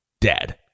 Dead